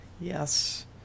Yes